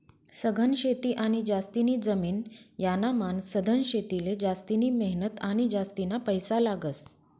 सघन शेती आणि जास्तीनी जमीन यानामान सधन शेतीले जास्तिनी मेहनत आणि जास्तीना पैसा लागस